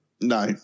No